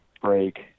break